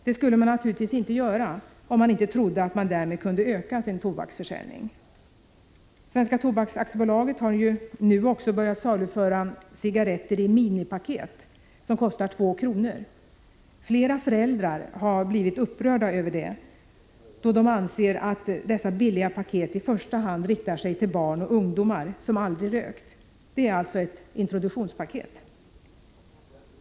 Det skulle man naturligtvis inte göra, om man inte trodde att man därmed kunde öka sin tobaksförsäljning. Svenska Tobaks AB har nu också börjat saluföra cigaretter i minipaket som kostar 2 kr. Flera föräldrar har blivit upprörda över detta då de anser att dessa billiga paket riktar sig till barn och ungdomar som aldrig har rökt. Det är alltså ett introduktionspaket.